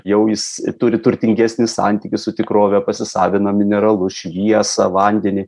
jau jis turi turtingesnį santykį su tikrove pasisavina mineralus šviesą vandenį